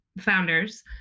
founders